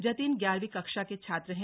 जतिन ग्यारहवीं कक्षा के छात्र है